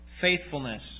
faithfulness